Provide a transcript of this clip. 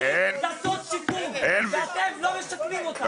צריך לעשות שיקום ואתם לא משקמים אותם.